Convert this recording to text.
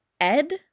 Ed